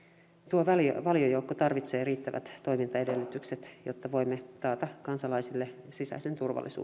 tuo valiojoukko tarvitsee riittävät toimintaedellytykset jotta voimme taata kansalaisille sisäisen turvallisuuden